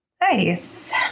nice